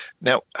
Now